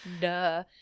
Duh